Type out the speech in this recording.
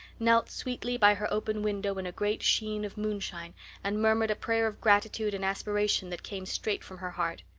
knelt sweetly by her open window in a great sheen of moonshine and murmured a prayer of gratitude and aspiration that came straight from her heart.